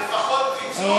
לפחות פיצוי?